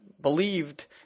believed